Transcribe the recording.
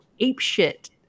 apeshit